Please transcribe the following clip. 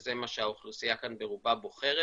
וזה מה שהאוכלוסייה כאן ברובה בוחרת,